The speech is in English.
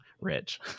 rich